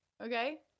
Okay